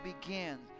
begins